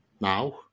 now